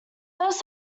half